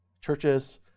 Churches